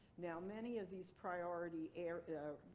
now many of these priority areas, ah,